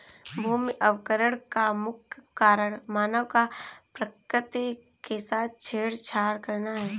भूमि अवकरण का मुख्य कारण मानव का प्रकृति के साथ छेड़छाड़ करना है